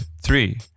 three